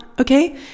okay